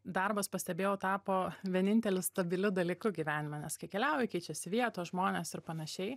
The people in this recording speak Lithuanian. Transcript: darbas pastebėjau tapo vienintelis stabiliu dalykų gyvenime nes kai keliauji keičiasi vietos žmonės ir panašiai